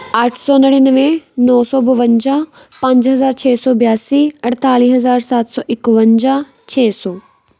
ਅੱਠ ਸੌ ਨੜਿਨਵੇਂ ਨੌ ਸੌ ਬਵੰਜਾ ਪੰਜ ਹਜ਼ਾਰ ਛੇ ਸੌ ਬਿਆਸੀ ਅਠਤਾਲੀ ਹਜ਼ਾਰ ਸੱਤ ਸੌ ਇੱਕਵੰਜਾ ਛੇ ਸੌ